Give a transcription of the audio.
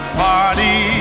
party